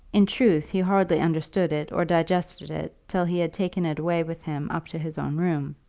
in truth, he hardly understood it or digested it till he had taken it away with him up to his own room.